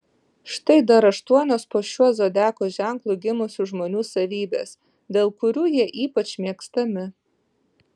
štai dar aštuonios po šiuo zodiako ženklu gimusių žmonių savybės dėl kurių jie ypač mėgstami